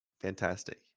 fantastic